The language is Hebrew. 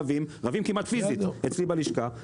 רבים כמעט פיזית אצלי בלשכה,